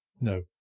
No